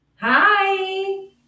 Hi